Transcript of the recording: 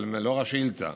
אבל לאור השאילתה,